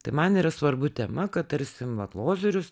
tai man yra svarbu tema kad tarsim vat lozorius